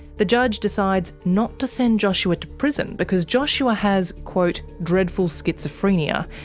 the judge decides not to send joshua to prison because joshua has quote dreadful schizophrenia,